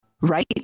Right